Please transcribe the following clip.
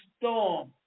storm